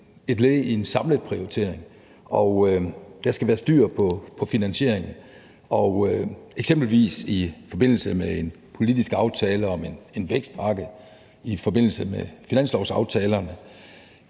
et led i en samlet prioritering, og der skal være styr på finansieringen. Det er eksempelvis i forbindelse med en politisk aftale om en vækstpakke, i forbindelse med finanslovsaftalerne